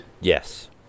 Yes